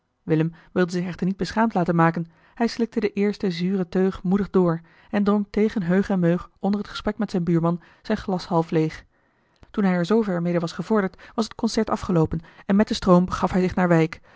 willem wilde zich echter niet beschaamd laten maken hij slikte de eerste zure teug moedig door en dronk tegen heug en meug onder het gesprek met zijn buurman zijn glas half leeg toen hij er zoover mede was gevorderd was het concert afgeloopen en met den stroom begaf hij zich naar wijk